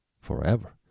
forever